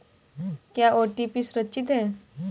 क्या ओ.टी.पी सुरक्षित है?